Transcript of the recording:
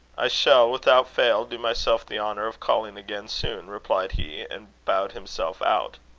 i shall, without fail, do myself the honour of calling again soon, replied he, and bowed himself out.